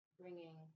bringing